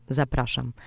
zapraszam